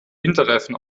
winterreifen